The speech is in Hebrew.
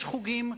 יש חוגים,